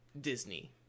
Disney